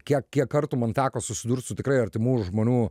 kiek kiek kartų man teko susidurt su tikrai artimų žmonių